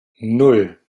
nan